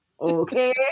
okay